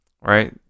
Right